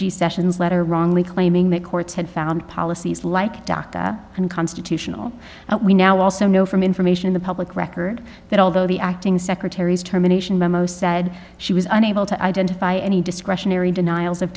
g sessions letter wrongly claiming that courts had found policies like dhaka unconstitutional we now also know from information in the public record that although the acting secretary's terminations said she was unable to identify any discretionary denials